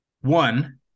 One